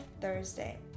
Thursday